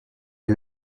est